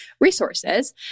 resources